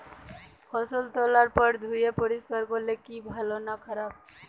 ফসল তোলার পর ধুয়ে পরিষ্কার করলে কি ভালো না খারাপ?